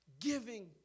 giving